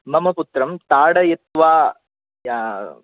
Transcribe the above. मम पुत्रम् ताडयित्वा या